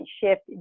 shift